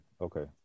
Okay